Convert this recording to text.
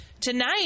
Tonight